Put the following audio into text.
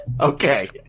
Okay